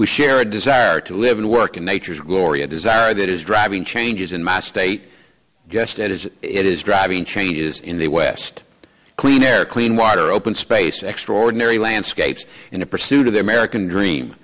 we share a desire to live and work in nature's glory a desire that is driving changes in my state just as it is driving changes in the west clean air clean water open space extraordinary landscapes in a pursuit of the american dream